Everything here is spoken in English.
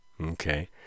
Okay